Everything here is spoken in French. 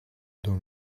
dans